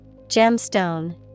Gemstone